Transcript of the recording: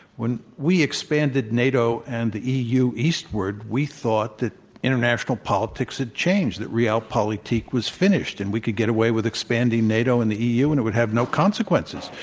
when we expanded nato and the eu eastward, we thought that international politics had changed, that realpolitik was finished and we could get away with expanding nato and the eu, and it would have no consequences.